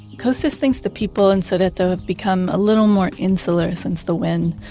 costis thinks the people in sodeto have become a little more insular since the win,